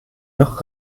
noch